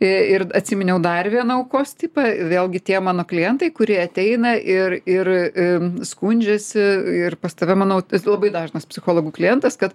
ir atsiminiau dar viena aukos tipą vėlgi tie mano klientai kurie ateina ir ir skundžiasi ir pas tave manau labai dažnas psichologų klientas kad